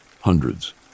hundreds